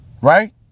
Right